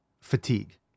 fatigue